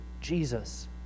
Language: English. Jesus